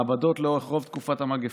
המעבדות לאורך רוב תקופת המגפה,